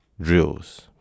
drills